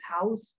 house